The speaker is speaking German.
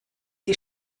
sie